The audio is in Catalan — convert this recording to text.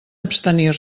abstenir